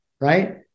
Right